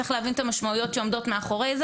צריך להבין את המשמעויות שעומדות מאחורי זה